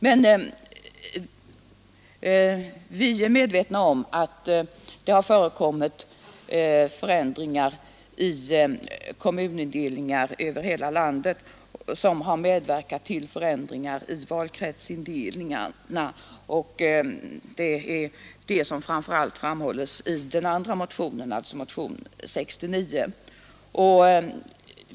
Men vi är medvetna om att det har förekommit förändringar i valkretsindelningarna, och det är detta som framför allt framhålls i den andra motionen, alltså motionen 69.